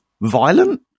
violent